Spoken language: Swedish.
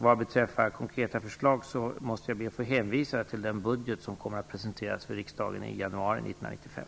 Vad beträffar konkreta förslag måste jag hänvisa till den budget som kommer att presenteras för riksdagen i januari 1995.